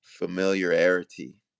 familiarity